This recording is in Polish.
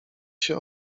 się